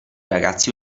ragazzi